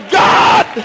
god